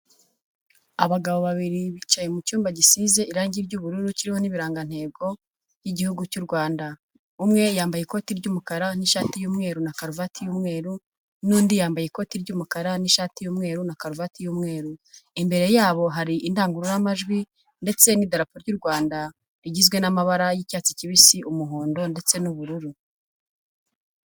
Abagabo babiri bicaye mu cyumba gisize irangi ry'ubururu kiriho n'ibirangantego by'igihugu cy'u Rwanda umwe yambaye ikoti ry'umukara n'ishati y'umweru na karuvati y'umweru n'undi yambaye ikoti ry'umukara n'ishati y'umweru na karuvati y'umweru imbere yabo hari indangururamajwi ndetse n'idarapo ry'u Rwanda rigizwe n'amabara y'icyatsi kibisi umuhondo ndetse n'ubururu.